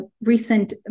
recent